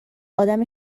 آدم